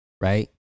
right